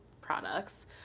products